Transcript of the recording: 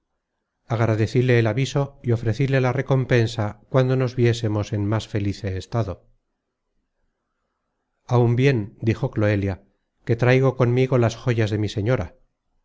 espera agradecíle el aviso y ofrecíle la recompensa cuando nos viésemos en más felice estado aun bien dijo cloelia que traigo conmigo las joyas de mi señora